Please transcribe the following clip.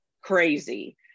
crazy